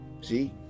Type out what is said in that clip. See